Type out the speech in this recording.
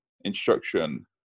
instruction